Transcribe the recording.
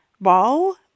ball